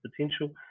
potential